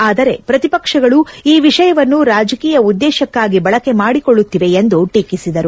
ಆದರೆ ಪ್ರತಿಪಕ್ಷಗಳು ಈ ವಿಷಯವನ್ನು ರಾಜಕೀಯ ಉದ್ದೇಶಕ್ಕಾಗಿ ಬಳಕೆ ಮಾಡಿಕೊಳ್ಳುತ್ತಿವೆ ಎಂದು ಟೀಕಿಸಿದರು